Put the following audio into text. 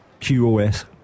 QoS